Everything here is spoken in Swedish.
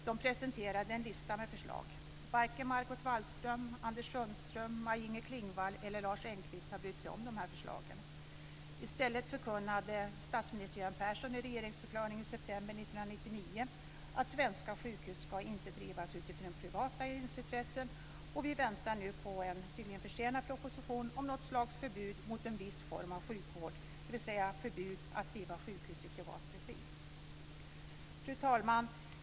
De presenterade en lista med förslag. Varken Margot Wallström, Anders Sundström, Maj-Inger Klingvall eller Lars Engqvist har brytt sig om dessa förslag. I stället förkunnade statsminister Göran Persson i regeringsförklaringen i september 1999 att svenska sjukhus inte ska drivas utifrån privata vinstintressen. Vi väntar nu på en tydligen försenad proposition om något slags förbud mot en viss form av sjukvård, dvs. Fru talman!